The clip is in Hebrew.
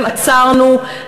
עצרנו.